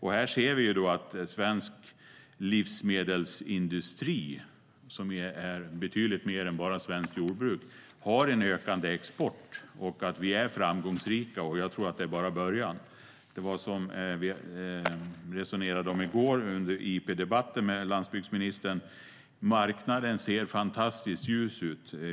Här ser vi att svensk livsmedelsindustri, som är betydligt mer än bara svenskt jordbruk, har en ökande export och att vi är framgångsrika. Jag tror att detta bara är början. Som vi resonerade om i går under interpellationsdebatten med landsbygdsministern ser marknaden fantastiskt ljus ut.